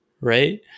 Right